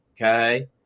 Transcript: okay